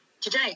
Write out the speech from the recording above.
today